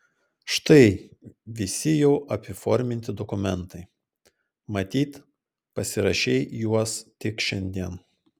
štai visi jau apiforminti dokumentai matyt pasirašei juos tik šiandien